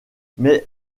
mais